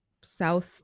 south